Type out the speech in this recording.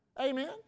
Amen